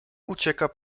ucieka